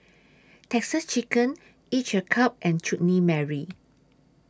Texas Chicken Each A Cup and Chutney Mary